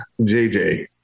JJ